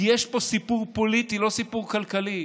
כי יש פה סיפור פוליטי, לא סיפור כלכלי.